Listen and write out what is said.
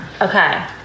okay